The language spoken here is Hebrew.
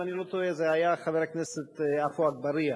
אם אני לא טועה זה היה חבר הכנסת עפו אגבאריה,